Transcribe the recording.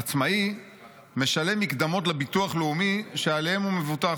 עצמאי משלם מקדמות לביטוח לאומי שעליהן הוא מבוטח,